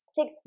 six